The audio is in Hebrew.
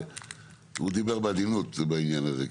הוא דיבר בעדינות בעניין הזה.